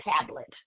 tablet